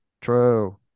True